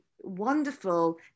wonderful